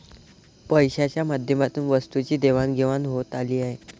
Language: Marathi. पैशाच्या माध्यमातून वस्तूंची देवाणघेवाण होत आली आहे